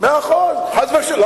חס ושלום.